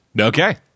okay